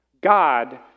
God